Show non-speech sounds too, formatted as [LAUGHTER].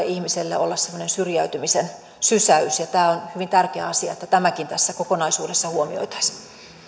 [UNINTELLIGIBLE] ihmiselle olla semmoinen syrjäytymisen sysäys ja on hyvin tärkeä asia että tämäkin tässä kokonaisuudessa huomioitaisiin